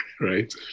Right